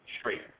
straight